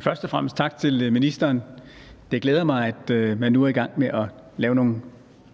Først og fremmest tak til ministeren. Det glæder mig, at man nu er i gang med at lave nogle